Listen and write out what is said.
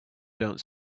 don’t